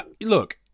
look